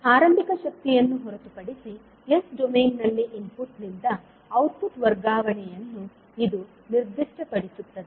ಆರಂಭಿಕ ಶಕ್ತಿಯನ್ನು ಹೊರತುಪಡಿಸಿ ಎಸ್ ಡೊಮೇನ್ನಲ್ಲಿ ಇನ್ಪುಟ್ ನಿಂದ ಔಟ್ಪುಟ್ ವರ್ಗಾವಣೆಯನ್ನು ಇದು ನಿರ್ದಿಷ್ಟಪಡಿಸುತ್ತದೆ